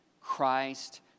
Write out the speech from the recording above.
Christ